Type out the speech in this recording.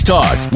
Talk